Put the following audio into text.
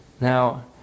Now